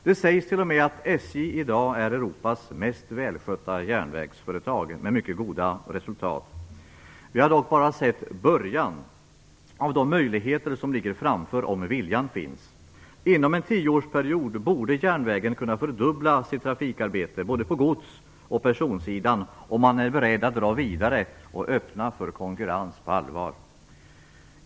Det sägs t.o.m. att SJ i dag är Europas mest välskötta järnvägsföretag med mycket goda resultat. Vi har dock bara sett början av de möjligheter som ligger framför oss om viljan finns. Inom en tioårsperiod borde järnvägen kunna fördubbla sitt trafikarbete både på gods och personsidan om man är beredd att dra vidare och öppna för konkurrens på allvar.